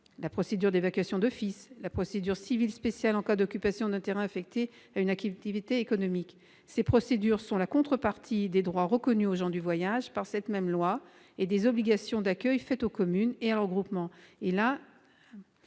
la procédure d'évacuation d'office et la procédure civile spéciale en cas d'occupation d'un terrain affecté à une activité économique. Ces procédures sont la contrepartie des droits reconnus aux gens du voyage par cette même loi et des obligations d'accueil faites aux communes et à leurs groupements. Or, à